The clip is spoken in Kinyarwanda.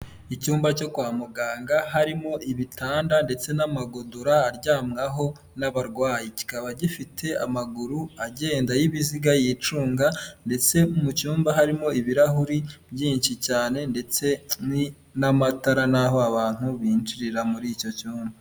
Icyumba cyo kwa muganga harimo ibitanda ndetse n'amagodora aryamwaho n'abarwayi, kikaba gifite amaguru agenda y'ibiziga yicunga ndetse mu cyumba harimo ibirahuri byinshi cyane ndetse n'amatara n'aho abantu binjirira muri icyo cyumba.